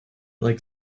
like